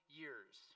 years